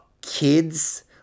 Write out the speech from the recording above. kids